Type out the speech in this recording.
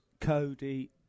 Cody